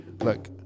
look